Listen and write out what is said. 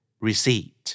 Receipt